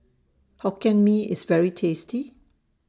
Hokkien Mee IS very tasty